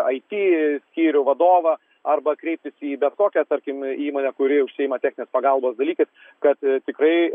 it skyrių vadovą arba kreiptis į bet kokią tarkim įmonę kuri užsiima techninės pagalbos dalykais kad tikrai